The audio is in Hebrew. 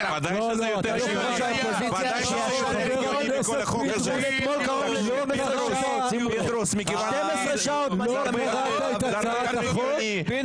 חבר הכנסת פינדרוס, לא קראת את ההצעה נכון.